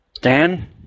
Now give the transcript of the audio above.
Dan